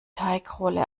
teigrolle